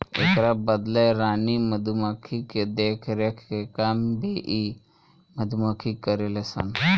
एकरा बदले रानी मधुमक्खी के देखरेख के काम भी इ मधुमक्खी करेले सन